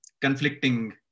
conflicting